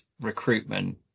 recruitment